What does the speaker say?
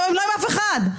לא עם אף אחד.